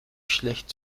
schlecht